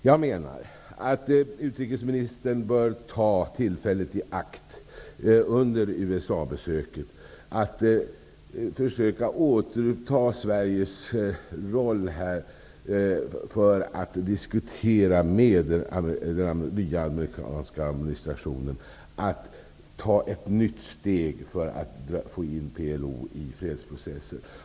Jag menar att utrikesministern under USA-besöket bör ta tillfället i akt att försöka återuppta Sveriges roll och diskutera med den nya amerikanska administrationen om att ta ett nytt steg för att få in PLO i fredsprocessen.